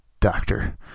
doctor